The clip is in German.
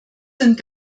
sind